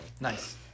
Nice